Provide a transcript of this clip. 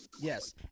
Yes